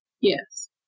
Yes